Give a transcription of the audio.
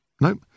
Nope